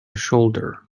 shoulder